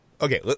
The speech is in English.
Okay